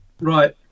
Right